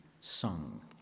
sung